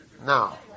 Now